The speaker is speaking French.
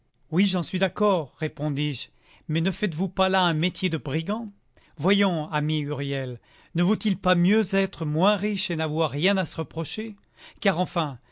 oui j'en suis d'accord répondis-je mais ne faites-vous pas là un métier de brigands voyons ami huriel ne vaut-il pas mieux être moins riche et n'avoir rien à se reprocher car enfin